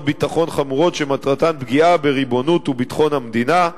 ביטחון חמורות שמטרתן פגיעה בריבונות וביטחון המדינה,